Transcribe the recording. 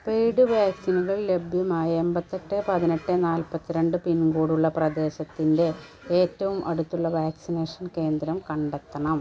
paid വാക്സിനുകൾ ലഭ്യമായ എൺപത്തെട്ട് പതിനെട്ട് നാൽപ്പത്തിരണ്ട് പിൻകോഡ് ഉള്ള പ്രദേശത്തിന്റെ ഏറ്റവും അടുത്തുള്ള വാക്സിനേഷൻ കേന്ദ്രം കണ്ടെത്തണം